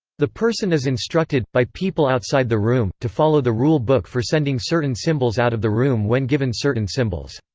the person is instructed, by people outside the room, to follow the rule book for sending certain symbols out of the room when given certain symbols.